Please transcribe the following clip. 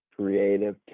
creative